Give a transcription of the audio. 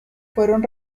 fueron